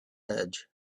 edge